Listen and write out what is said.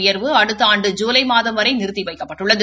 உயர்வு அடுத்த ஆண்டு ஜூலை மாதம் வரை நிறுத்தி வைக்கப்பட்டுள்ளது